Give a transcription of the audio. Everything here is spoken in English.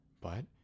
But—